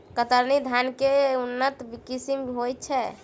कतरनी धान केँ के उन्नत किसिम होइ छैय?